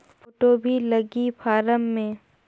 Photo भी लगी form मे?